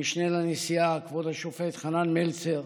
המשנה לנשיאה כבוד השופט חנן מלצר,